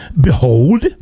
Behold